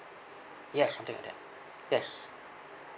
yes something like that yes